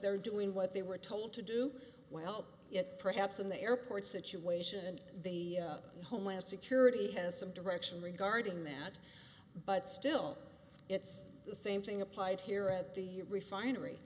they're doing what they were told to do well yes perhaps in the airport situation they homeland security has some direction regarding that but still it's the same thing applied here at the refinery